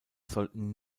sollten